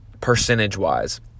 percentage-wise